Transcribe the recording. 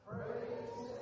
Praise